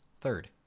Third